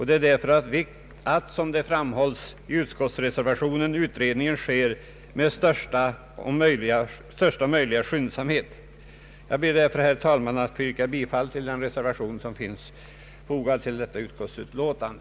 Det är därför av vikt, som framhålls i utskottsreservationen, att utredningen sker med största möjliga skyndsamhet. Jag ber därför, herr talman, att få yrka bifall till den reservation som är fogad till detta utskottsutlåtande.